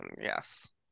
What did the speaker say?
Yes